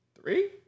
Three